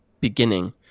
beginning